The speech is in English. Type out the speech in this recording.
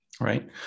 Right